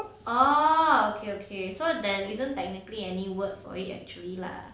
orh okay okay so there isn't technically any word for it actually lah